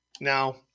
Now